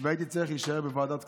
הייתי צריך להישאר בוועדת כספים,